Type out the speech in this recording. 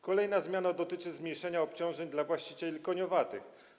Kolejna zmiana dotyczy zmniejszenia obciążeń dla właścicieli koniowatych.